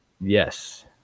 Yes